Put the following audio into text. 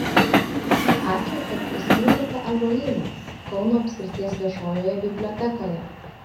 ačiū kad prisiminėte ąžuolyną kauno apskrities viešojoje bibliotekoje